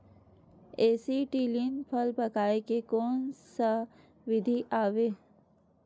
Acetylene फल पकाय के कोन सा विधि आवे?